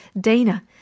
Dana